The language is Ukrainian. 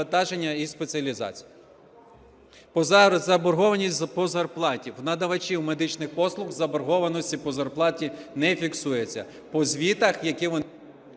Заборгованість по зарплаті. В надавачів медичних послуг заборгованості по зарплаті не фіксується,